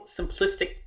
simplistic